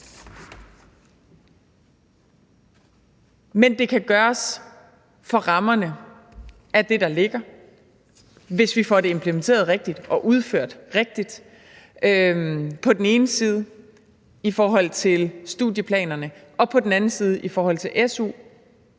Men det kan gøres inden for rammerne af det, der ligger, hvis vi får det implementeret rigtigt og udført rigtigt. På den ene side i forhold til studieplanerne og på den anden side i forhold til su er